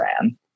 ran